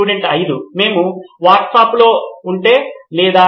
student 5 మేము వాట్సాప్లో ఉంటే లేదా